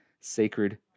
#Sacred